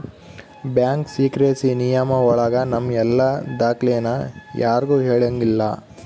bank secrecy ನಿಯಮ ಒಳಗ ನಮ್ ಎಲ್ಲ ದಾಖ್ಲೆನ ಯಾರ್ಗೂ ಹೇಳಂಗಿಲ್ಲ